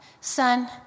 Son